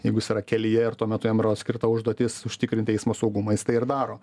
jeigu jis yra kelyje ir tuo metu jam yra skirta užduotis užtikrint eismo saugumą jis tai ir daro